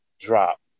drop